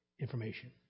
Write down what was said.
information